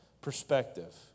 Perspective